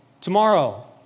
Tomorrow